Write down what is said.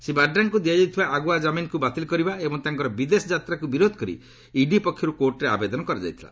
ଶ୍ରୀ ବାଡ୍ରାଙ୍କୁ ଦିଆଯାଇଥିବା ଆଗୁଆ ଜାମିନ୍କୁ ବାତିଲ୍ କରିବା ଏବଂ ତାଙ୍କର ବିଦେଶ ଯାତ୍ରାକୁ ବିରୋଧ କରି ଇଡି ପକ୍ଷରୁ କୋର୍ଟରେ ଆବେଦନ କରାଯାଇଥିଲା